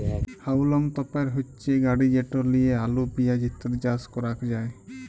হাউলম তপের হচ্যে গাড়ি যেট লিয়ে আলু, পেঁয়াজ ইত্যাদি চাস ক্যরাক যায়